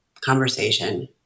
conversation